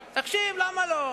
תקשיב, למה לא.